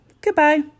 Goodbye